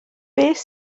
beth